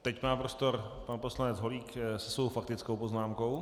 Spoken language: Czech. Teď má prostor pan poslanec Holík se svou faktickou poznámkou.